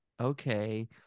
Okay